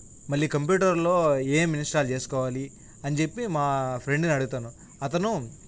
మళ్ళీ కంప్యూటర్లో ఏం ఇన్స్టాల్ చేసుకోవాలి అని చెప్పి మా ఫ్రెండ్ని అడుగుతాను అతను